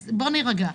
בואי נרגע.